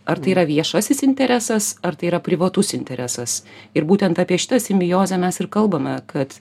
ar tai yra viešasis interesas ar tai yra privatus interesas ir būtent apie šitą simbiozę mes ir kalbame kad